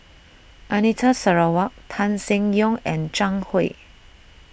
Anita Sarawak Tan Seng Yong and Zhang Hui